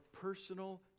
personal